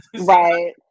right